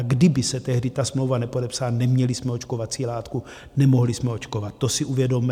Kdyby se tehdy ta smlouva nepodepsala, neměli bychom očkovací látku, nemohli jsme očkovat, to si uvědomme.